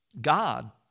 God